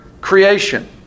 creation